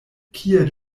kie